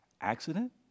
Accident